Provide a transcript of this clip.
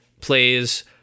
plays